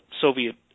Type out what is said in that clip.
Soviet